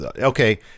okay